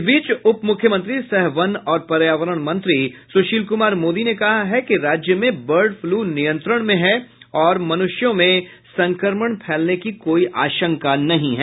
इस बीच उप मुख्यमंत्री सह वन और पर्यावरण मंत्री सुशील कुमार मोदी ने कहा है कि राज्य में बर्ड फ्लू नियंत्रण में है और मनुष्यों में संक्रमण फैलने की कोई आशंका नहीं है